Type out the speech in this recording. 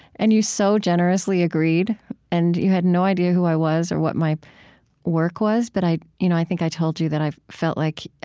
and you so generously agreed and you had no idea who i was, or what my work was. but i you know i think i told you that i felt like